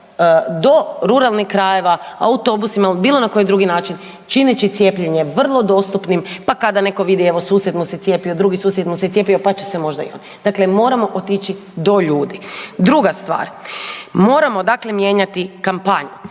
do ruralnih krajevima, autobusima ili bilo na koji drugi način, činit će cijepljenje vrlo dostupnim pa kada netko vidi evo susjed mu se cijepio, drugi susjed mu se cijepio, pa će se možda i on. Dakle, moramo otići do ljudi. Druga stvar, moramo dakle mijenjati kampanju.